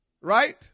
right